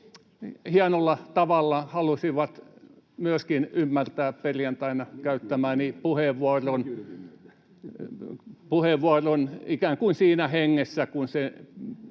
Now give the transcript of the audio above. hienolla tavalla halusivat myöskin ymmärtää perjantaina käyttämäni puheenvuoron ikään kuin siinä hengessä